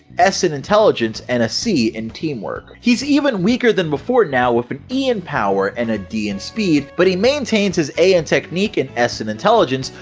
s in intelligence, and a c in teamwork! he's even weaker than before now with an e in power and a d in speed, but he maintains his a in technique and s in intelligence,